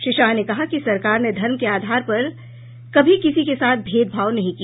श्री शाह ने कहा कि सरकार ने धर्म के आधार पर कभी किसी के साथ भेदभाव नहीं किया